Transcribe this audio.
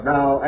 now